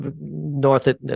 North